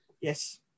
Yes